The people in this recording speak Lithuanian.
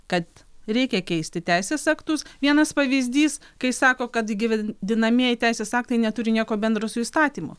kad reikia keisti teisės aktus vienas pavyzdys kai sako kad įgyvendinamieji teisės aktai neturi nieko bendro su įstatymu